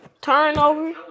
Turnover